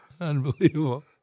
Unbelievable